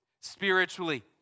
spiritually